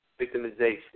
victimization